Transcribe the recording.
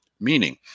meaning